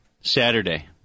Saturday